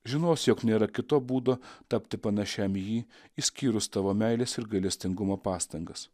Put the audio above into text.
žinosi jog nėra kito būdo tapti panašiam į jį išskyrus tavo meilės ir gailestingumo pastangas